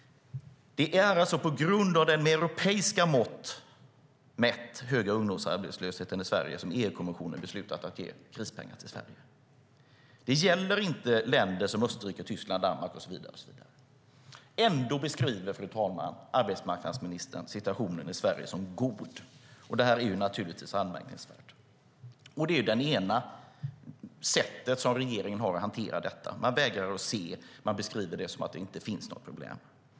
Det är alltså på grund av den med europeiska mått mätt höga ungdomsarbetslösheten i Sverige som EU-kommissionen har beslutat att ge krispengar till Sverige. Det gäller inte länder som Österrike, Tyskland, Danmark och så vidare. Ändå, fru talman, beskriver arbetsmarknadsministern situationen i Sverige som god. Det är naturligtvis anmärkningsvärt. Det är det ena sättet som regeringen har att hantera detta. Man vägrar att se. Man beskriver det som att det inte finns något problem.